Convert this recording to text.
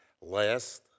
Last